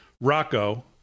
Rocco